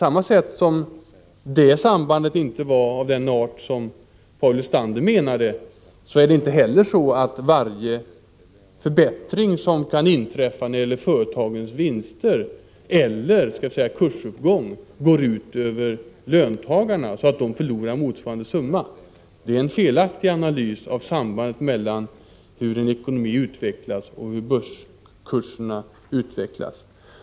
Lika litet som det råder ett samband av den art som Paul Lestander angav går varje förbättring som kan inträffa i företagens vinster eller varje kursuppgång ut över löntagarna, så att de förlorar motsvarande summa. Det är en felaktig analys av sambandet mellan hur en ekonomi utvecklas och hur börskurserna utvecklas.